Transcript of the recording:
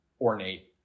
ornate